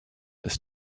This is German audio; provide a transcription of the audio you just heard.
ist